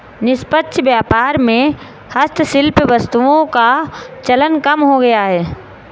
निष्पक्ष व्यापार में हस्तशिल्प वस्तुओं का चलन कम हो गया है